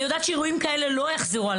אני יודעת שאירועים כאלה לא יחזרו על